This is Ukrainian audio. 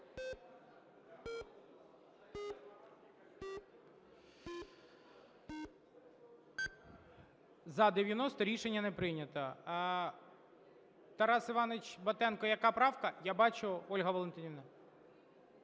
За-90 Рішення не прийнято. Тарас Іванович Батенко, яка правка? Я бачу, Ольга Валентинівна.